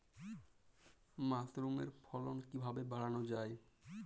মাসরুমের ফলন কিভাবে বাড়ানো যায়?